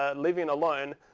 ah living alone,